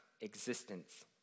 existence